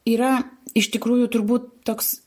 yra iš tikrųjų turbūt toks